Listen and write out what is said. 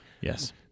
Yes